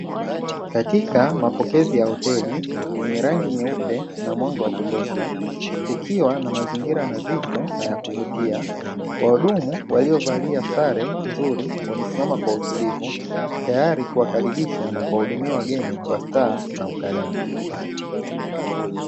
Katika mapokezi ya hoteli yenye rangi nyeupe na mwanga wa kutosha, kukiwa na mazingira nadhifu na ya kuvutia. Wahudumu waliovalia sare nzuri wamesimama kwa utulivu, tayari kuwakaribisha na kuwahudumia wageni kwa staha na kwa ukarimu.